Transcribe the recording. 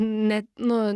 ne nu